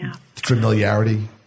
familiarity